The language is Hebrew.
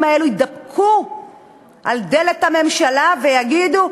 האלה יתדפקו על דלת הממשלה ויגידו: